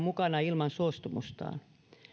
mukana ilman suostumustaan